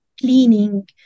cleaning